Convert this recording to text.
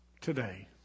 Today